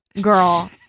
girl